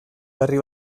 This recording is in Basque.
berri